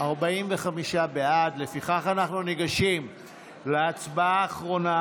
אנחנו ניגשים להצבעה האחרונה,